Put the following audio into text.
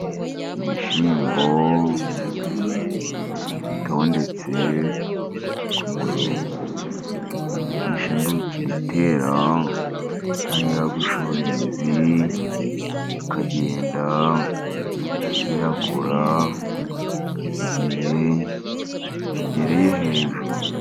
Ibishyimbo bitondetse ku murongo. Ibishyimbo iyo ukibitera bitangira gushora imizi ikagenda ikura kugeza igihe kigereye hejuru.